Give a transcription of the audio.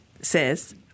says